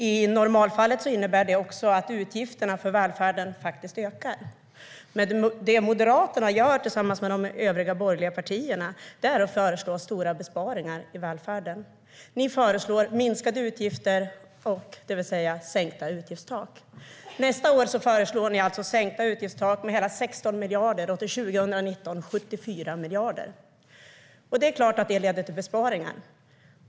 I normalfallet innebär det att utgifterna för välfärden ökar. Men det Moderaterna tillsammans med övriga borgerliga partier gör är att föreslå stora besparingar i välfärden. Ni föreslår minskade utgifter, Ulf Kristersson, det vill säga sänkta utgiftstak. För nästa år föreslår ni sänkta utgiftstak med 16 miljarder och till 2019 hela 74 miljarder. Det är klart att det leder till besparingar.